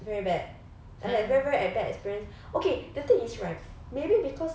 very bad like very very bad experience okay the thing is right maybe cause